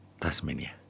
Tasmania